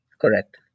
Correct